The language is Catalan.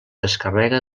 descarrega